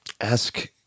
ask